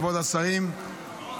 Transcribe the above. כבוד השרים,